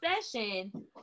session